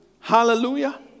Hallelujah